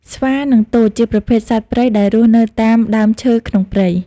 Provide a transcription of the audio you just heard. ស្វា និងទោច ជាប្រភេទសត្វព្រៃដែលរស់នៅតាមដើមឈើក្នុងព្រៃ។